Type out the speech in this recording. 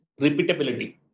repeatability